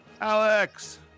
Alex